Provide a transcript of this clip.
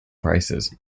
prices